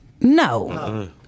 No